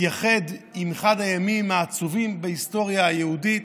אחד הימים העצובים בהיסטוריה היהודית,